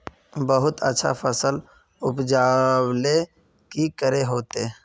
बहुत अच्छा फसल उपजावेले की करे होते?